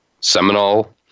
Seminole